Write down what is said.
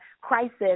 crisis